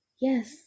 yes